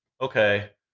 Okay